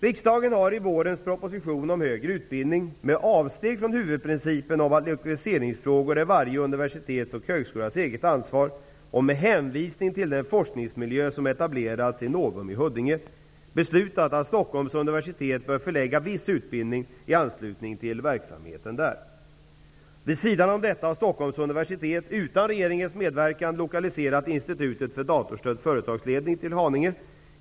Riksdagen har i vårens proposition om högre utbildning, med avsteg från huvudprincipen om att lokaliseringsfrågor är varje universitets och högskolas eget ansvar, och med hänvisning till den forskningsmiljö som etablerats i Novum, Huddinge, beslutat att Stockholms universitet bör förlägga viss utbildning i anslutning till verksamheten där. Vid sidan av detta har Stockholms universitet, utan regeringens medverkan, lokaliserat Institutet för datorstödd företagsledning till Haninge.